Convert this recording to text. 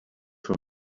for